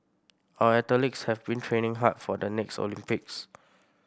our athletes have been training hard for the next Olympics